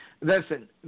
Listen